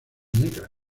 negras